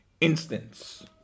instance